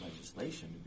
legislation